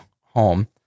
home